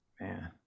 Man